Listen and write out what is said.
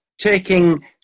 taking